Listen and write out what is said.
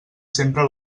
sempre